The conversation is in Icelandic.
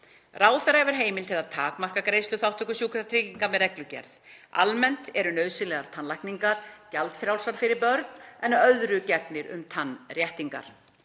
Ráðherra hefur heimild til að takmarka greiðsluþátttöku sjúkratrygginga með reglugerð. Almennt eru nauðsynlegar tannlækningar gjaldfrjálsar fyrir börn en öðru gegnir um tannréttingar.